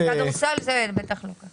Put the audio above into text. בכדורסל זה בטח לא ככה.